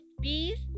peace